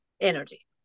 Energy